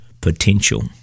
potential